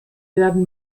werden